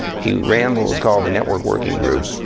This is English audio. he ran what was called the network working group.